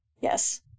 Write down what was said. Yes